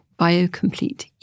biocomplete